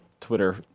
Twitter